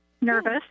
Nervous